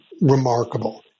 Remarkable